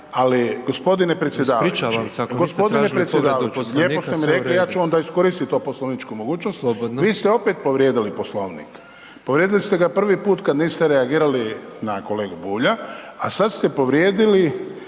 u redu./… G. Predsjedavajući, lijepo ste mi rekli, ja ću onda iskoristit tu poslovničku mogućnost. …/Upadica Petrov: Slobodno./… Vi ste opet povrijedili Poslovnik. povrijedili ste ga prvi put kad niste reagirali na kolegu Bulja a sad ste povrijedili